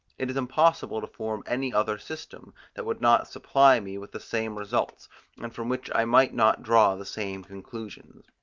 it is impossible to form any other system, that would not supply me with the same results, and from which i might not draw the same conclusions.